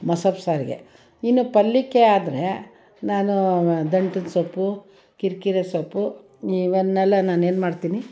ಸಾರಿಗೆ ಇನ್ನು ಪಲ್ಯಕ್ಕೆ ಆದರೆ ನಾನು ದಂಟಿನ ಸೊಪ್ಪು ಕಿರ್ಕಿರೆ ಸೊಪ್ಪು ಇವನ್ನೆಲ್ಲ ನಾನೇನು ಮಾಡ್ತೀನಿ